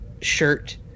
shirt